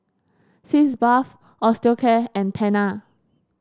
Sitz Bath Osteocare and Tena